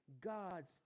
God's